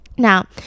Now